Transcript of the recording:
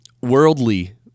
worldly